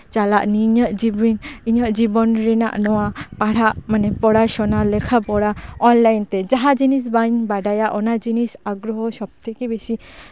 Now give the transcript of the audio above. ᱪᱟᱞᱟᱜ ᱱᱤᱭᱟᱹ ᱤᱧᱟᱹᱜ ᱡᱤᱵᱚᱱ ᱨᱮᱱᱟᱜ ᱱᱚᱣᱟ ᱯᱟᱲᱦᱟᱜ ᱢᱟᱱᱮ ᱯᱚᱲᱟᱥᱩᱱᱟ ᱞᱮᱠᱷᱟ ᱯᱚᱲᱟ ᱚᱱᱞᱟᱭᱤᱱ ᱛᱮ ᱡᱟᱦᱟᱸ ᱡᱤᱱᱤᱥ ᱵᱟᱹᱧ ᱵᱟᱰᱟᱭᱟ ᱚᱱᱟ ᱡᱤᱱᱤᱥ ᱟᱜᱽᱨᱚᱦᱚ ᱥᱚᱵᱽᱛᱷᱮᱠᱮ ᱵᱮᱥᱤ